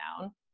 down